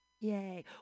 Yay